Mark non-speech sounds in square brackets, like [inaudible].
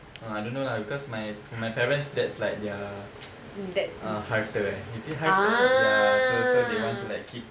ah I don't know lah because my my parents that's like their [noise] uh harta eh is it harta ya so so they want to like keep